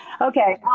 Okay